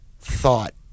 thought